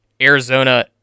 Arizona